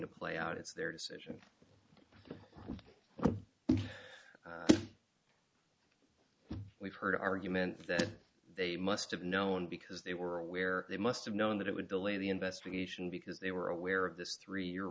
to play out it's their decision we've heard argument that they must have known because they were aware they must have known that it would delay the investigation because they were aware of this three year